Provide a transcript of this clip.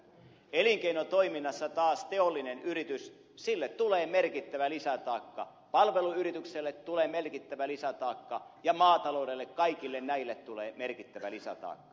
elinkeinotoiminnassa taas teolliselle yritykselle tulee merkittävä lisätaakka palveluyritykselle tulee merkittävä lisätaakka ja maataloudelle kaikille näille tulee merkittävä lisätaakka